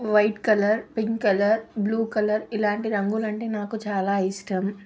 white colour pink colour blue colour ఇలాంటి రంగులంటే నాకు చాలా ఇష్టం